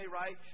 right